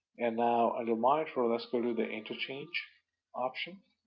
and now under monitor, let's go to the interchange options,